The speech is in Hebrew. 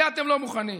לזה אתם לא מוכנים.